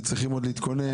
וצריכים להתכונן.